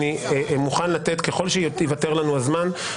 אני ישבתי פה אתמול עד תשע וחצי בערב.